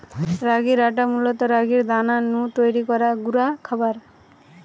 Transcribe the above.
রাগির আটা মূলত রাগির দানা নু তৈরি গুঁড়া খাবার